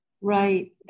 Right